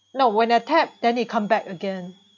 no when I tap then it come back again